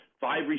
five